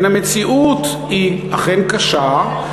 אלא אם כן המציאות היא אכן קשה,